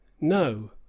no